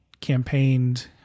campaigned